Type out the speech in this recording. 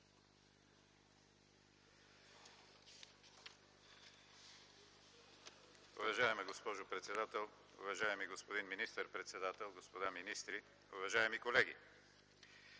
Уважаема госпожо председател, уважаеми господин министър-председател, господа министри, уважаеми колеги!